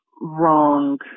wrong